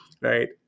Right